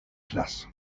place